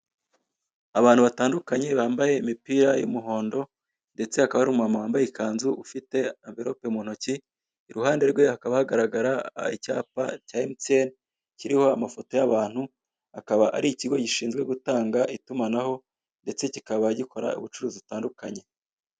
Abantu batandukanye bambaye imipira y'umuhondo ndetse hakaba ari umumama wambaye ikanzu ufite amverope mu ntoki, iruhande rwe hakaba hagaragara icyapa cya MTN, kiriho amafoto y'abantu, akaba ari ikigo gishinzwe gutanga itumanaho ndetse kikaba gikora ubucuruzi butandukanye.